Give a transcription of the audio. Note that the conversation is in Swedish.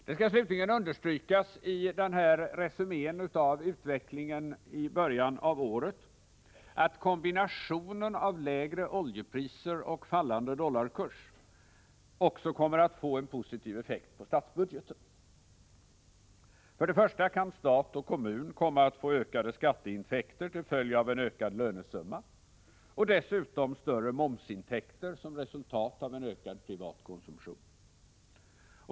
Det skall slutligen understrykas i den här resumén av utvecklingen i början av året, att kombinationen av lägre oljepriser och fallande dollarkurs också kommer att få en positiv effekt på statsbudgeten. För det första kan stat och kommun komma att få ökade skatteintäkter till följd av en ökad lönesumma och dessutom större momsintäkter som resultat av en ökad privat konsumtion.